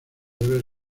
debe